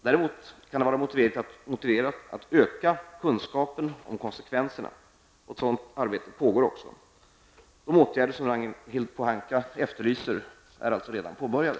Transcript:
Däremot kan det vara motiverat att öka kunskapen om konsekvenserna, och sådant arbete pågår också. De åtgärder som Ragnhild Pohanka efterlyser är alltså redan påbörjade.